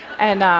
and